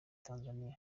tanzaniya